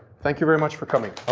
thank you very much for coming.